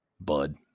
bud